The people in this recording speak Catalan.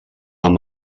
amb